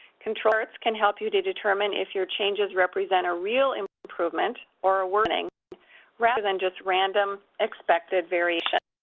control charts can help you to determine if your changes represent a real improvement or a worsening rather than just random expected variation.